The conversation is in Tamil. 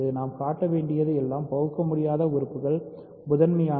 நாம் காட்ட வேண்டியது எல்லாம் பகுக்கமுடியாத கூறுகள் முதன்மையானவை